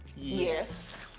yes.